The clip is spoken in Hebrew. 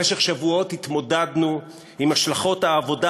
במשך שבועות התמודדנו עם השלכות העבודה